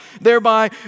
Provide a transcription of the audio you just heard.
thereby